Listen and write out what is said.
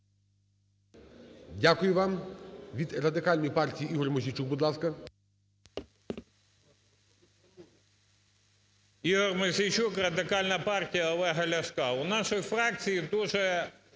Дякую вам. Від Радикальної партії Ігор Мосійчук, будь ласка.